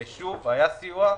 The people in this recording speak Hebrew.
היה סיוע,